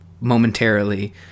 momentarily